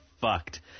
fucked